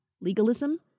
legalism